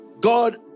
God